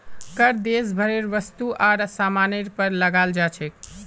कर देश भरेर वस्तु आर सामानेर पर लगाल जा छेक